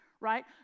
right